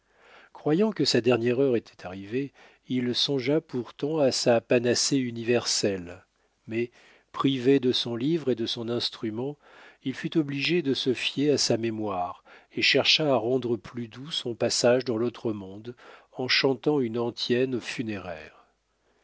croyant que sa dernière heure était arrivée il songea pourtant à sa panacée universelle mais privé de son livre et de son instrument il fut obligé de se fier à sa mémoire et chercha à rendre plus doux son passage dans l'autre monde en chantant une antienne funéraire